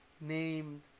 named